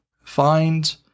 find